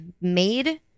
made